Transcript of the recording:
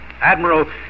Admiral